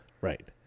Right